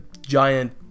giant